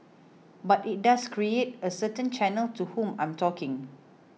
but it does create a certain channel to whom I'm talking